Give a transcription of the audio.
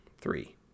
three